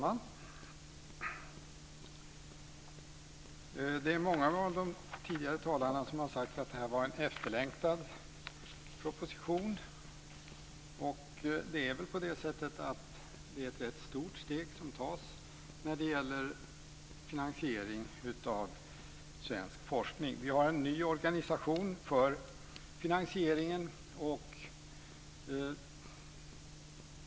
Herr talman! Många av de tidigare talarna har sagt att det är en efterlängtad proposition. Det är ett stort steg som tas när det gäller finansiering av svensk forskning. Vi får en ny organisation för finansieringen.